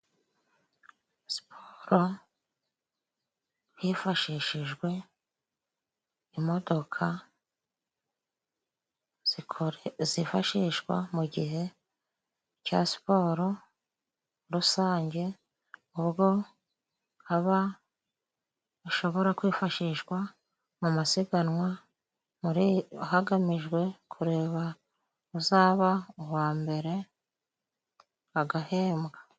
Siporo hifashishijwe imodoka zifashishwa mu gihe cya siporo rusange, ubwo aba bashobora kwifashishwa mu masiganwa hagamijwe kureba uzaba uwa mbere agahembwa.